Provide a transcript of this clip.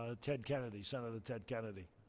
ah ted kennedy senator ted kennedy.